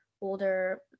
older